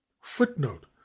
Footnote